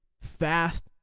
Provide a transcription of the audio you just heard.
fast